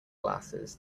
glasses